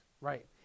Right